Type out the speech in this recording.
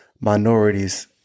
minorities